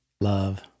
Love